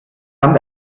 sand